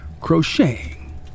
crocheting